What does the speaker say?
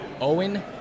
Owen